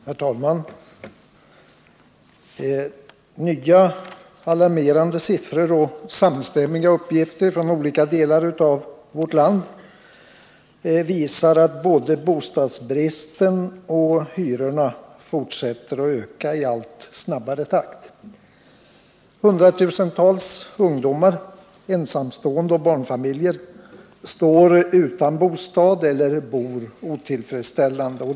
Herr talman! Nya alarmerande siffror och samstämmiga uppgifter från olika delar av vårt land visar att både bostadsbristen och hyrorna fortsätter att öka i allt snabbare takt. Hundratusentals ungdomar, ensamstående och barnfamiljer står utan bostad eller bor otillfredsställande.